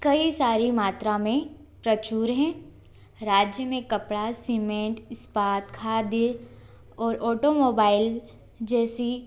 कई सारी मात्रा में प्रचुर हैं राज्य में कपड़ा सीमेंट इस्पात खाद्य और ऑटो मोबाईल जैसी